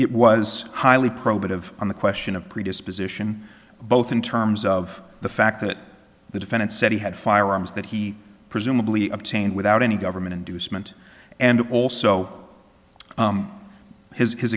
it was highly probative on the question of predisposition both in terms of the fact that the defendant said he had firearms that he presumably obtained without any government inducement and also his